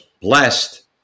blessed